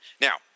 Now